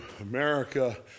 America